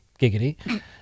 giggity